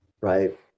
right